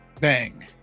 bang